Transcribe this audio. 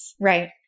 Right